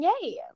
Yay